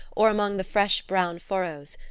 or among the fresh brown furrows,